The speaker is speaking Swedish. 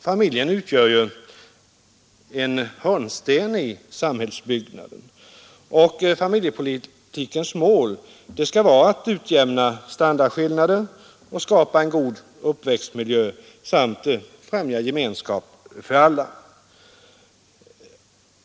Familjen utgör ju en hörnsten i samhällsbyggnaden, och familjepolitikens mål skall vara att utjämna standardskillnader och att skapa en god uppväxtmiljö samt främja gemenskap för alla.